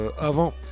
avant